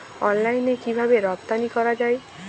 অনলাইনে কিভাবে রপ্তানি করা যায়?